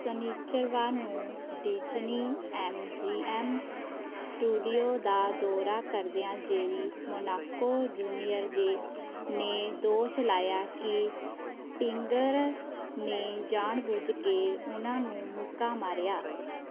ਸਨਿੱਚਰਵਾਰ ਨੂੰ Disney M G M studio ਦਾ ਦੌਰਾ ਕਰਦਿਆਂ ਜੇਰੀ ਮੋਨਾਕੋ ਜੂਨੀਅਰ ਦੇ ਨੇ ਦੋਸ਼ ਲਾਇਆ ਕਿ ਟਿੰਗਰ ਨੇ ਜਾਣ ਬੁੱਝ ਕੇ ਉਨ੍ਹਾਂ ਨੂੰ ਮੁੱਕਾ ਮਾਰਿਆ